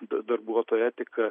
darbuotojo etika